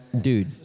dude